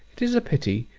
it is pity,